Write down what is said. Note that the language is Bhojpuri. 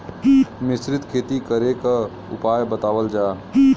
मिश्रित खेती करे क उपाय बतावल जा?